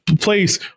place